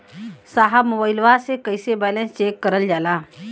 साहब मोबइलवा से कईसे बैलेंस चेक करल जाला?